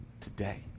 today